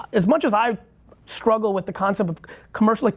as much as i struggle with the concept of commercial, like,